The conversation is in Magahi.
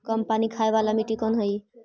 कम पानी खाय वाला मिट्टी कौन हइ?